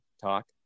Talk